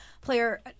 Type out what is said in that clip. player